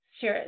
sure